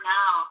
now